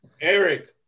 Eric